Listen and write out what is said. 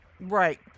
Right